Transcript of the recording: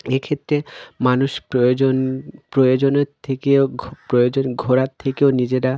এক্ষেত্রে মানুষ প্রয়োজন প্রয়োজনের থেকেও প্রয়োজন ঘোরার থেকেও নিজেরা